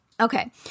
Okay